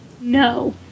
no